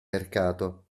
mercato